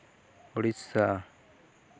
Odisha